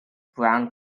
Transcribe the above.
brown